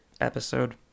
episode